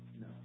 No